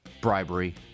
bribery